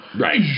Right